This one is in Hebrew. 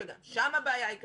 שגם שם הבעיה היא קטסטרופלית.